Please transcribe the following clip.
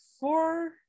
four